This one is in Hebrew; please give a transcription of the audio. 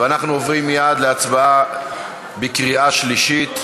אנחנו עוברים מייד להצבעה בקריאה שלישית.